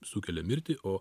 sukelia mirtį o